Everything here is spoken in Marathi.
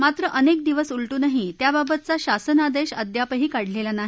मात्र अनेक दिवस उलटूनही त्याबाबतचा शासनादेश अद्यापही काढलेला नाही